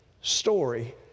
story